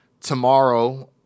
tomorrow